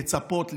לצפות,